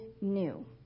new